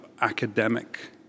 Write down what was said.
academic